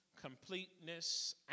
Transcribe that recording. completeness